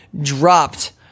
dropped